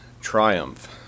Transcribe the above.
triumph